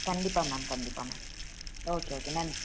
கண்டிப்பாக மேம் கண்டிப்பாக ma'am okay okay நன்றி